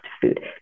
food